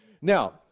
Now